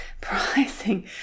Pricing